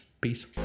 Peace